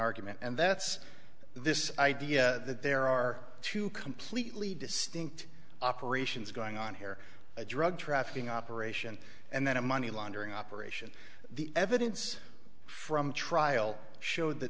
argument and that's this idea that there are two completely distinct operations going on here a drug trafficking operation and then a money laundering operation the evidence from the trial showed that